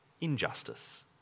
injustice